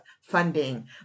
funding